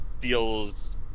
feels